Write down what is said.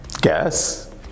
guess